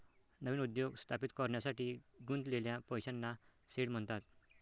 नवीन उद्योग स्थापित करण्यासाठी गुंतवलेल्या पैशांना सीड म्हणतात